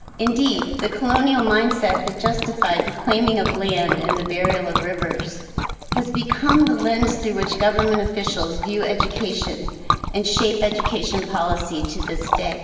indeed, the colonial mindset that justified the claiming of land and the burial of rivers has become the lens through which government officials view education and shape education policy to this